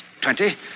Twenty